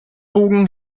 bogen